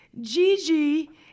Gigi